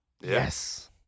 Yes